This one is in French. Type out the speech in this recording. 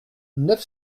neuf